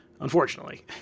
unfortunately